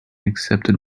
accepted